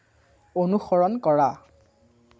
অনুসৰণ কৰা